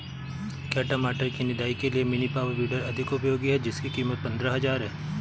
क्या टमाटर की निदाई के लिए मिनी पावर वीडर अधिक उपयोगी है जिसकी कीमत पंद्रह हजार है?